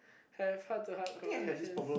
have heart to heart conversations